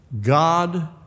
God